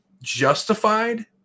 Justified